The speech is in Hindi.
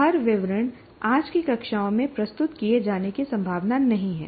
हर विवरण आज की कक्षाओं में प्रस्तुत किए जाने की संभावना नहीं है